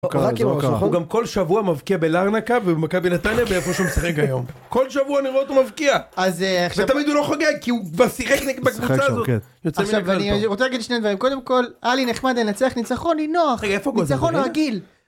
גם כל שבוע מבקיע בלארנקה ובמכה בנתניה באיפה שמשחק היום כל שבוע אני רואה אותו מבקיע. ותמיד הוא לא חוגג כי הוא בשירי בקבוצה הזאת. אני רוצה להגיד שני דברים קודם כל אלי נחמד הנצח ניצחון היא נוח ניצחון רגיל.